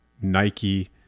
Nike